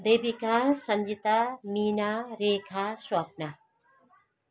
Devika Sanjita Mina Rekha Swapna